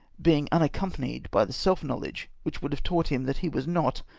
being unaccompanied by the self-knowledge which would have taught him that he was not,